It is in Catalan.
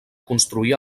construir